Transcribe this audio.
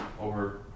over